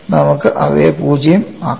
നമുക്ക് അവയെ 0 ആക്കാം